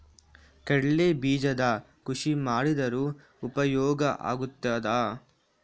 ಕಡ್ಲೆ ಬೀಜದ ಕೃಷಿ ಮಾಡಿದರೆ ಉಪಯೋಗ ಆಗುತ್ತದಾ?